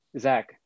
Zach